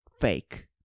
fake